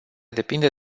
depinde